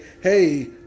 hey